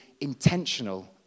intentional